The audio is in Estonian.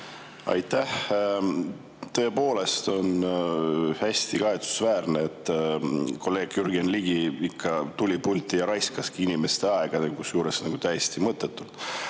Aitäh! Tõepoolest on hästi kahetsusväärne, et kolleeg Jürgen Ligi tuli pulti ja raiskaski inimeste aega, kusjuures täiesti mõttetult.